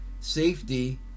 safety